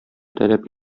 таләп